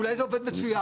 אולי זה עובד מצוין?